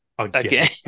again